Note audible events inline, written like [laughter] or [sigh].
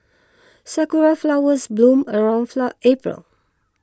sakura flowers bloom around [noise] April